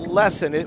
lesson